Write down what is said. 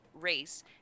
race